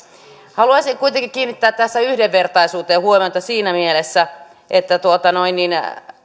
haluaisin kuitenkin kiinnittää tässä yhdenvertaisuuteen huomiota siinä mielessä että